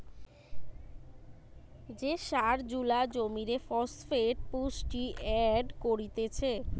যে সার জুলা জমিরে ফসফেট পুষ্টি এড করতিছে